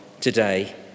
today